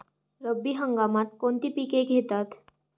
रब्बी हंगामात कोणती पिके घेतात?